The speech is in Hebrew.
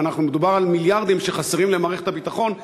ומדובר על מיליארדים שחסרים למערכת הביטחון,